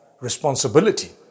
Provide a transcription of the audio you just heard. responsibility